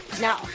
No